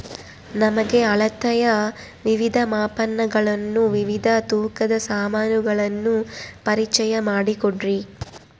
ನಮಗೆ ಅಳತೆಯ ವಿವಿಧ ಮಾಪನಗಳನ್ನು ವಿವಿಧ ತೂಕದ ಸಾಮಾನುಗಳನ್ನು ಪರಿಚಯ ಮಾಡಿಕೊಡ್ರಿ?